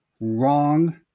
wrong